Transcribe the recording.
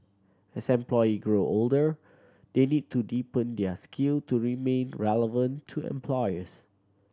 as employee grow older they need to deepen their skill to remain relevant to employers